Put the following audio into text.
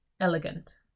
elegant